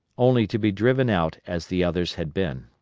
only to be driven out as the others had been.